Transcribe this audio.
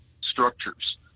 structures